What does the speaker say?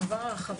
הוא עבר הרחבה.